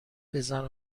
بزن